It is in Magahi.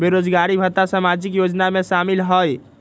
बेरोजगारी भत्ता सामाजिक योजना में शामिल ह ई?